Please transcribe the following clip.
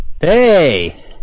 Hey